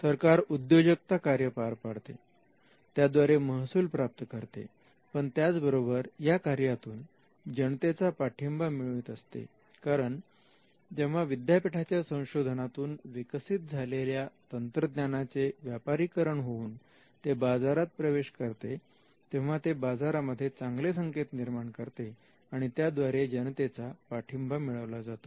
सरकार उद्योजकता कार्य पार पडते त्याद्वारे महसूल प्राप्त करते पण त्याचबरोबर या कार्यातून जनतेचा पाठिंबा मिळवीत असते कारण जेव्हा विद्यापीठाच्या संशोधनातून विकसित झालेल्या तंत्रज्ञानाचे व्यापारीकरण होऊन ते बाजारात प्रवेश करते तेव्हा ते बाजारामध्ये चांगले संकेत निर्माण करते आणि त्याद्वारे जनतेचा पाठिंबा मिळवला जातो